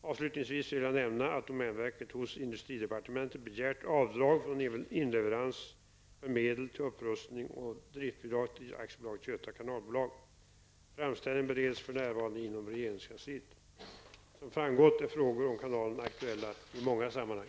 Avslutningsvis vill jag nämna att domänverket hos industridepartementet begärt avdrag från inleverans för medel till upprustning och driftbidrag till AB Göta kanalbolag. Framställningen bereds för närvarande inom regeringskansliet. Som framgått är frågor om kanalen aktuella i många sammanhang.